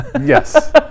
Yes